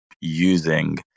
using